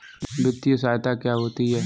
वित्तीय सहायता क्या होती है?